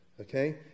Okay